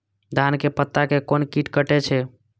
धान के पत्ता के कोन कीट कटे छे?